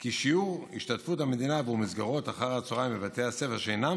כי שיעור השתתפות המדינה עבור מסגרות אחר הצוהריים בבתי הספר שאינם